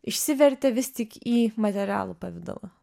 išsivertė vis tik į materialų pavidalą